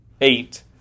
eight